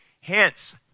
hence